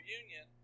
union